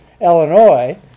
Illinois